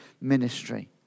ministry